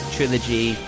Trilogy